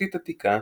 מצרפתית עתיקה,